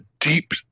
deep